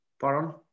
pardon